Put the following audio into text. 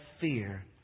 fear